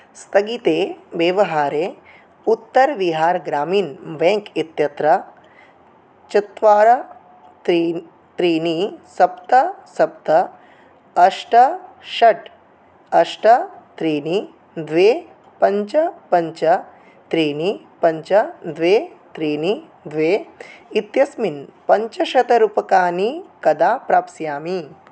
स्थगिते व्यवहारे उत्तर् विहार् ग्रामीन् वेङ्क् इत्यत्र चत्वारि त्रीणि त्रीणि सप्त सप्त अष्ट षट् अष्ट त्रीणि द्वे पञ्च पञ्च त्रीणि पञ्च द्वे त्रीणि द्वे इत्यस्मिन् पञ्चशतरूप्यकाणि कदा प्राप्स्यामि